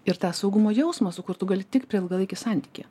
ir tą saugumo jausmą sukurt tu gali tik per ilgalaikį santykį